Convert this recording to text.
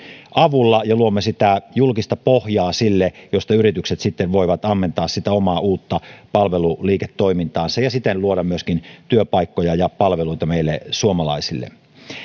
avulla ja luomme sitä julkista pohjaa sille mistä yritykset sitten voivat ammentaa sitä omaa uutta palveluliiketoimintaansa ja siten luoda myöskin työpaikkoja ja palveluita meille suomalaisille